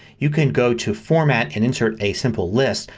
you can go to format and insert a simple list.